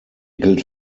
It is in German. gilt